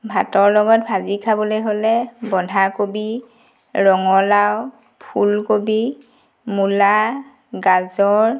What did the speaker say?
ভাতৰ লগত ভাজি খাবলৈ হ'লে বন্ধা কবি ৰঙালাও ফুলকবি মূলা গাজৰ